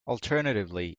alternatively